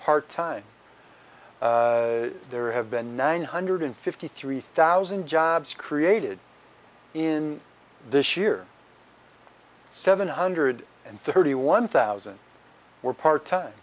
part time there have been nine hundred fifty three thousand jobs created in this year seven hundred and thirty one thousand were part time